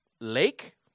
Lake